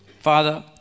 Father